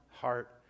heart